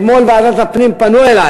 אתמול פנו אלי